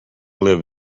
live